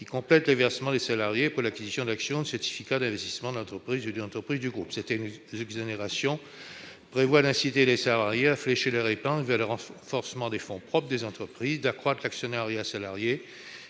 qui complètent les versements des salariés pour l'acquisition d'actions ou de certificats d'investissement de l'entreprise ou d'une entreprise du groupe. Cette exonération permet d'inciter les salariés à diriger leur épargne vers le renforcement des fonds propres des entreprises, d'accroître l'actionnariat salarié-